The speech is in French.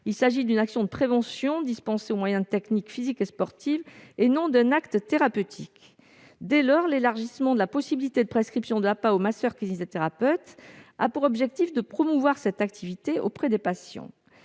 il s'agit d'une action de prévention dispensée au moyen de techniques physiques et sportives, et non d'un acte thérapeutique. Dès lors, l'élargissement de la possibilité de prescription de l'APA aux masseurs-kinésithérapeutes a pour objectif de promouvoir cette activité auprès des patients.